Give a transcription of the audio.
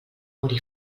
morir